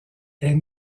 est